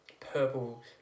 purple